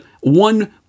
one